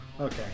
Okay